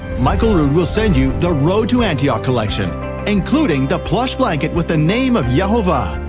michael rood will sent you the road to antioch collection including the plush blanket with the name of yehovah.